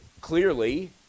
clearly